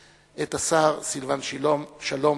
את השר סילבן שלום,